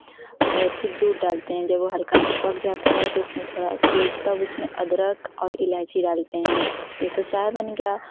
और फिर दूध डालते हैं जब वह हल्का सा पक जाता है तो उसमें थोड़ा फिर तब उसमें अदरक और इलायची डालते हैं यह तो चाय बन गया